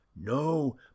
No